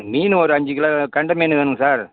மீன் ஒரு அஞ்சுக் கிலோ கெண்டை மீன் வேணும் சார்